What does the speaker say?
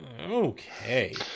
Okay